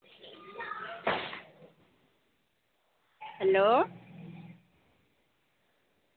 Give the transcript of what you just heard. hello